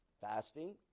fasting